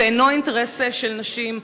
זה אינו אינטרס של נשים,